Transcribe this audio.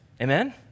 Amen